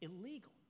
illegal